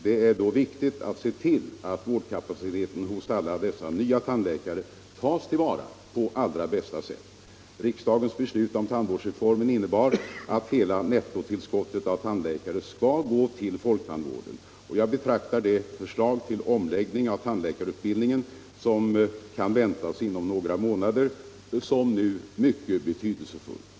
Det är då viktigt att se till att vårdkapaciteten = förbättra situatiohos alla dessa nya tandläkare tas till vara på allra bästa sätt. Riksdagens nen inom folktandbeslut om tandvårdsreformen innebär att hela nettotillskottet av tand = vården läkare skall gå till folktandvården. Jag betraktar det förslag till omläggning av tandläkarutbildningen som kan väntas inom några månader såsom mycket betydelsefullt.